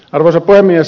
arvoisa puhemies